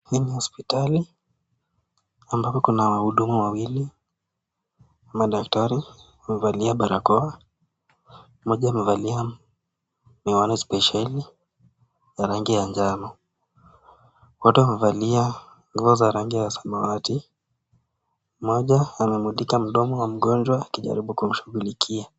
Ni hospitali ambapo kuna wahudumu wawili. Madaktari wamevalia barakoa. Mmoja amevalia miwani spesheli ya rangi ya njano. Wote wamevalia nguo za rangi ya samawati. Mmoja amemlika mdomo wa mgonjwa akijaribu kumshughulikia.